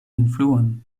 influon